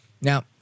Now